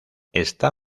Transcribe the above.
está